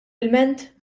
ilment